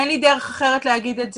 אין לי דרך אחרת להגיד את זה.